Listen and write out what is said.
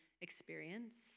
experience